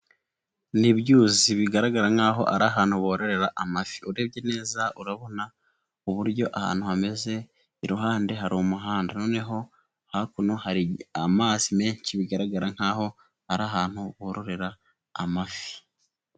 Ni ibyuzi bigaragara nk'aho ari ahantu bororera amafi, urebye neza urabona uburyo ahantu hameze, iruhande hari umuhanda, noneho hakuno hari amazi menshi bigaragara nk'aho ari ahantu bororera amafi.